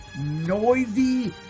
noisy